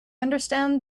understand